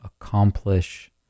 accomplish